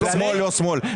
שמאל, לא שמאל.